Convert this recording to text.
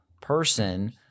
person